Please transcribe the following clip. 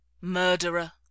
Murderer